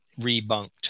Rebunked